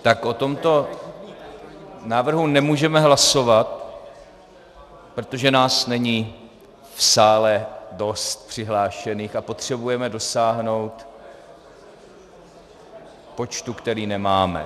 O tomto návrhu nemůžeme hlasovat, protože nás není v sále dost přihlášených a potřebujeme dosáhnout počtu, který nemáme.